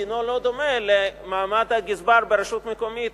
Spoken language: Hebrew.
דינו לא דומה למעמד הגזבר ברשות מקומית,